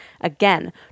Again